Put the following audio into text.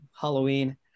Halloween